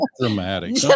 Dramatic